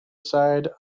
side